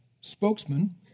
spokesman